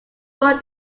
more